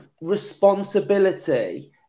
responsibility